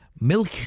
milk